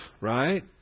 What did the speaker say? right